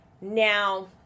Now